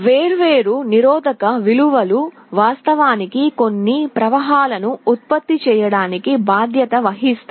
వేర్వేరు నిరోధక విలువలు వాస్తవానికి కొన్ని ప్రవాహాలను ఉత్పత్తి చేయడానికి బాధ్యత వహిస్తాయి